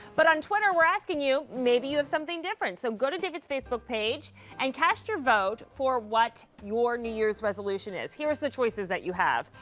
but on twitter we're asking you, maybe you have something different. so go to david's facebook page and cast your vote for what your new year's resolution is. here's the choices that you have.